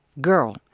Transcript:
girl